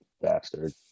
Bastard